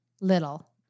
little